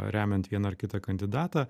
remiant vieną ar kitą kandidatą